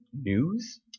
news